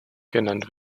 genannt